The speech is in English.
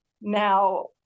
now